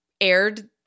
aired